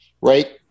right